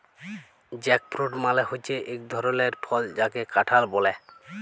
jackfruit মালে হচ্যে এক ধরলের ফল যাকে কাঁঠাল ব্যলে